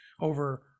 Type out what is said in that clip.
over